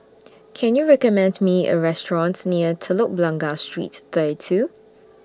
Can YOU recommend Me A restaurants near Telok Blangah Street thirty two